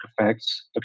effects